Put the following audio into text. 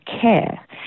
care